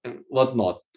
whatnot